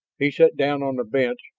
he sat down on the bench,